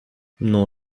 non